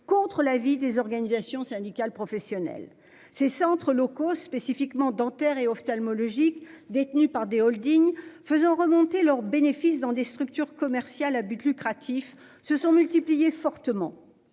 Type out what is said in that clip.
contre l'avis des organisations syndicales, professionnelles, ces centres locaux spécifiquement dentaires et ophtalmologiques détenus par des holdings faisant remonter leurs bénéfices dans des structures commerciales à but lucratif se sont multipliées fortement